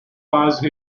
passed